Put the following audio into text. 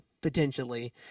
potentially